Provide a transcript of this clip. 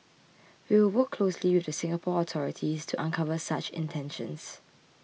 we will work closely with the Singapore authorities to uncover such intentions